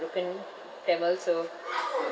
broken tamil so